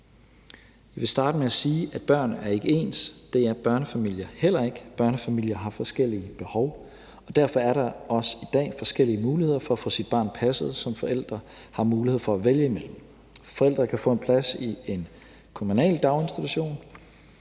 Jeg vil starte med at sige, at børn ikke er ens, og det er børnefamilier heller ikke. Børnefamilier har forskellige behov, og derfor er der også i dag forskellige muligheder for at få sit barn passet, som forældre har mulighed for at vælge imellem. Forældre kan få en plads i en kommunal daginstitution